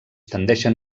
tendeixen